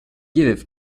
giveth